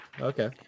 Okay